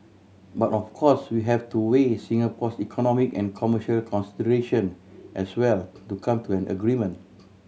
but of course we have to weigh Singapore's economic and commercial consideration as well to come to an agreement